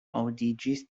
aŭdiĝis